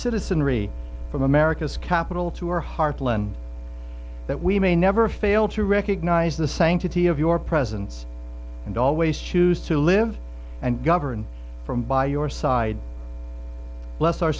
citizenry from america's capital to our heartland that we may never fail to recognize the sanctity of your presence and always choose to live and govern from by your side bless our